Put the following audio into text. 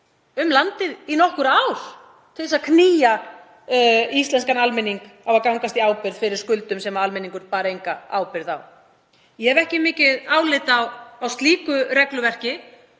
um landið í nokkur ár til þess að knýja íslenskan almenning til að gangast í ábyrgð fyrir skuldum sem almenningur bar enga ábyrgð á. Ég hef ekki mikið álit á slíku regluverki